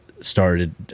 started